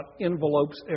envelopes